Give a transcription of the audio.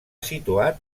situat